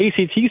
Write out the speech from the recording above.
ACT